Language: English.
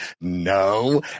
no